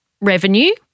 revenue